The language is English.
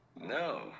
No